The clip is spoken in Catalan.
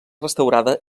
restaurada